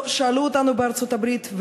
לא שאלו אותנו בארצות-הברית,